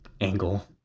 angle